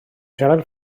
siarad